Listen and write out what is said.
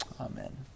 Amen